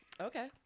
Okay